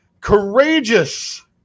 courageous